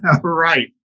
Right